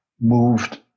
moved